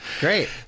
Great